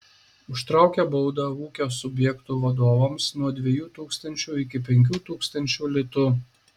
užtraukia baudą ūkio subjektų vadovams nuo dviejų tūkstančių iki penkių tūkstančių litų